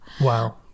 Wow